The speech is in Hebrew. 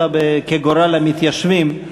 אלא כגורל המתיישבים.